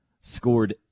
scored